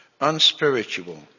unspiritual